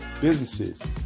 Businesses